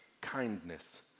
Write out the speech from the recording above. kindness